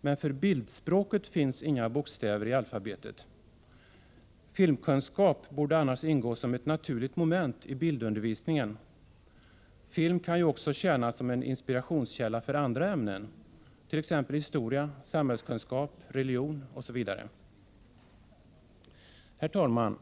Men för bildspråket finns inga bokstäver i alfabetet. Filmkunskap borde annars ingå som ett naturligt moment i bildundervisningen. Film kan ju också tjäna som en inspirationskälla för andra ämnen, t.ex. historia, samhällskunskap och religion. Herr talman!